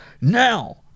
Now